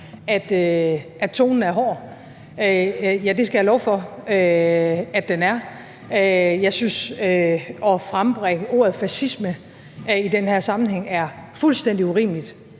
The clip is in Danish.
at tonen er hård. Ja, det skal jeg love for den er. Jeg synes, at det at frembringe ordet fascisme i den her sammenhæng er fuldstændig urimeligt,